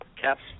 Cap's